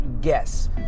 guess